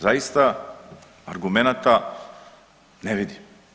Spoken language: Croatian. Zaista argumenata ne vidim.